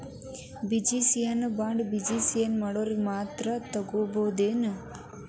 Business ಬಾಂಡ್ನ business ಮಾಡೊವ್ರ ಮಾತ್ರಾ ತಗೊಬೊದೇನು?